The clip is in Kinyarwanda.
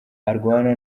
arwana